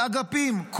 אגפים,